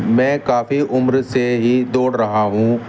میں کافی عمر سے ہی دوڑ رہا ہوں